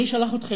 מי שלח אתכם,